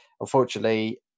Unfortunately